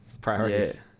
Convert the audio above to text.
priorities